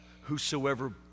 whosoever